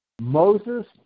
Moses